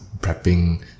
prepping